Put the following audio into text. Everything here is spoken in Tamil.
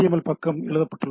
எல் பக்கம் எழுதப்பட்டுள்ளது